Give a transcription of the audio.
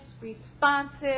responsive